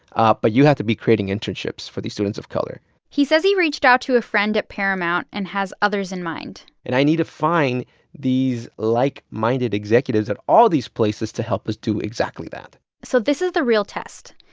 ah but you have to be creating internships for these students of color he says he reached out to a friend at paramount and has others in mind and i need to find these like like-minded executives at all these places to help us do exactly that so this is the real test.